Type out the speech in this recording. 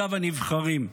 ולנציגיו הנבחרים.